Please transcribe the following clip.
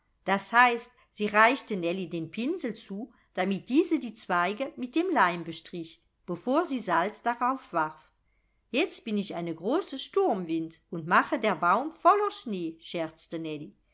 das heißt sie reichte nellie den pinsel zu damit diese die zweige mit dem leim bestrich bevor sie salz darauf warf jetzt bin ich eine große sturmwind und mache der baum voller schnee scherzte